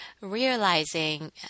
realizing